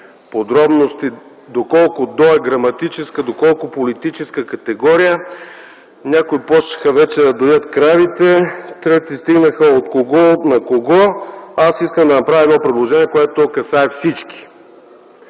подробности доколко „до” е граматическа, доколкото политическа категория. Някои почнаха вече да доят кравите, трети стигнаха „от кого” – „на кого”. Искам да направя едно предложение, което касае всички